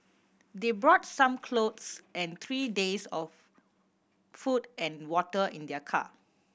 they brought some clothes and three days of food and water in their car